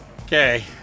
Okay